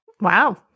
Wow